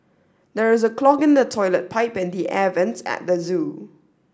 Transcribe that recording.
there is a clog in the toilet pipe and the air vents at the zoo